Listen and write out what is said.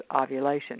ovulation